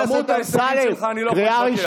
עם כמות ההישגים שלך אני לא יכול להתווכח.